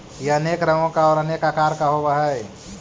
यह अनेक रंगों का और अनेक आकार का होव हई